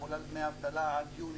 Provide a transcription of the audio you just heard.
כולל דמי האבטלה עד יולי,